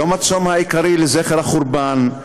יום הצום העיקרי לזכר החורבן,